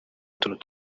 utuntu